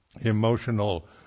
emotional